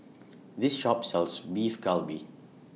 This Shop sells Beef Galbi